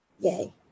Yay